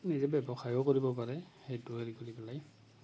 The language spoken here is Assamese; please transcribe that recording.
নিজে ব্যৱসায়ো কৰিব পাৰে সেইটো হেৰি কৰি পেলাই